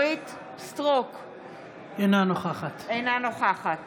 אינה נוכחת